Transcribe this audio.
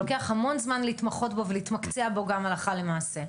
לוקח המון זמן להתמחות בו ולהתמקצע בו גם הלכה למעשה.